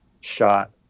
shot